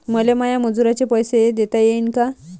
मले माया मजुराचे पैसे देता येईन का?